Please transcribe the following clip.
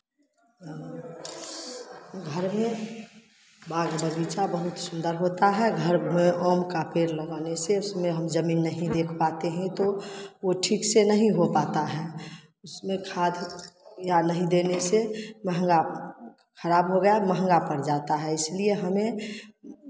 घर में बाग बगीचा बहुत सुंदर होता है घर मे आम का पेड़ लगाने से उसमें हम जमीन नहीं देख पाते हैं तो वो ठीक से नहीं हो पाता है उसमे खाद या नहीं देने से महंगा खराब हो गया महंगा पड़ जाता है इसीलिए हमें